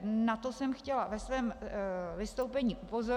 Na to jsem chtěla ve svém vystoupení upozornit.